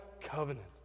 covenant